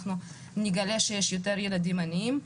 אנחנו נגלה שיש יותר ילדים עניים.